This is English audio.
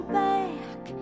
back